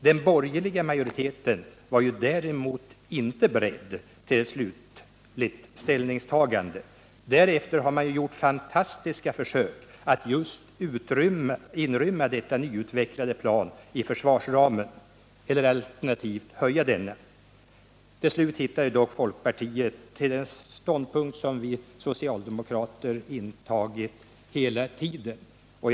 Den borgerliga majoriteten var däremot inte beredd till ett slutligt ställningstagande. Därefter har man gjort fantastiska försök att inrymma detta nya attackplan i försvarsramen eller, alternativt, att vidga denna. Till slut kom folkpartiet fram till den ståndpunkt som vi socialdemokrater hela tiden intagit.